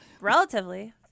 Relatively